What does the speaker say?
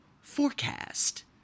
forecast